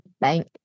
bank